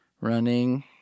running